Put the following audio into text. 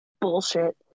bullshit